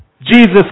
Jesus